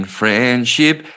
friendship